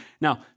now